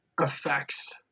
affects